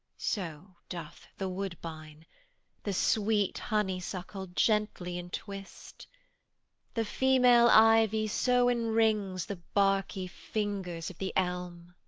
so doth the woodbine the sweet honeysuckle gently entwist the female ivy so enrings the barky fingers of the elm.